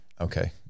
okay